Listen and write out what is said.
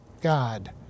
God